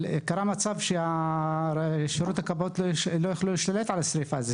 אבל שירותי הכבאות לא יכלו להשתלט על השריפה.